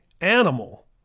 Animal